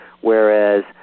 whereas